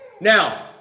now